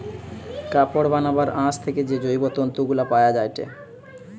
কাপড় বানাবার আঁশ থেকে যে জৈব তন্তু গুলা পায়া যায়টে